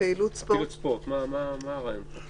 פעילות ספורט, מה הרעיון פה?